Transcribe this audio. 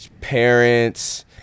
parents